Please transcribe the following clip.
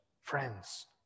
friends